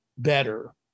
better